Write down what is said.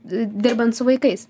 dirbant su vaikais